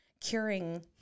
curing